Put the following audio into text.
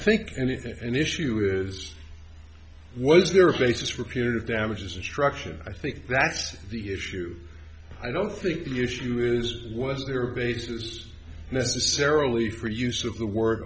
think and issue is was there a basis for punitive damages instruction i think that's the issue i don't think the issue is was there a basis necessarily for use of the word